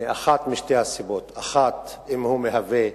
מאחת משתי הסיבות: אחת, אם הוא מהווה,